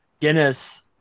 Guinness